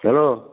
hello